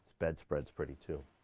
spread spread is pretty too.